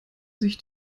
sich